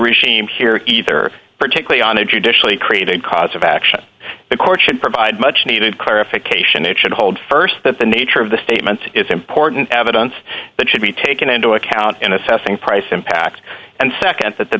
regime here either particularly on a judicially created cause of action the court should provide much needed clarification it should hold st that the nature of the statement is important evidence that should be taken into account in assessing price impacts and nd that the